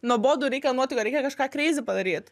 nuobodu reikia nuotykio reikia kažką kreizi padaryt